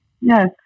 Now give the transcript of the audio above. Yes